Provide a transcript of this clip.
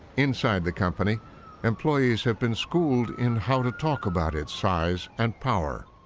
inside the company employees have been schooled in how to talk about its size and power.